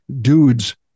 dudes